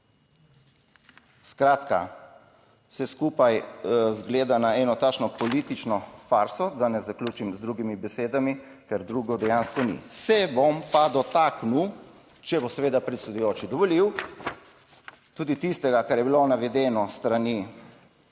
Skratka, vse skupaj izgleda na eno takšno politično farso, da ne zaključim z drugimi besedami, ker drugo dejansko ni. Se bom pa dotaknil, če bo seveda predsedujoči dovolil, tudi tistega kar je bilo navedeno s strani